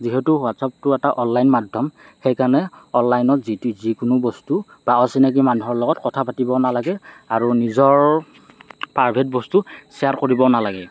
যিহেতু হোৱাট্চআপটো এটা অনলাইন মাধ্যম সেইকাৰণে অনলাইনত যি টি যিকোনো বস্তু বা অচিনাকি মানুহৰ লগত কথা পাতিব নালাগে আৰু নিজৰ প্ৰাইভেট বস্তু শ্বেয়াৰ কৰিব নালাগে